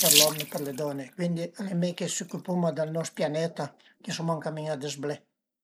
per l'om e për le don-e, cuindi al e mei che s'ucüpuma dë nos pianeta che suma ën camin a dësblé